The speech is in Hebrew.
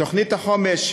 תוכנית החומש,